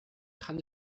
kann